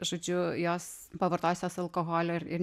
žodžiu jos pavartojusios alkoholio ir ir